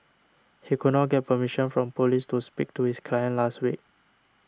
he could not get permission from police to speak to his client last week